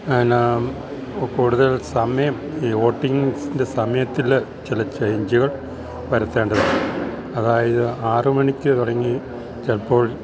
എന്നാൽ കൂടുതൽ സമയം ഈ ഓട്ടിങ്സിൻ്റെ സമയത്തിൽ ചില ചേയ്ഞ്ച്കൾ വരത്തേണ്ടതുണ്ട് അതായത് ആറ് മണിക്ക് തുടങ്ങി ചിലപ്പോൾ